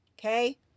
Okay